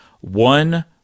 one